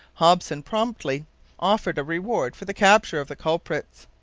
hopson promptly offered a reward for the capture of the culprits.